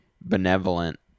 benevolent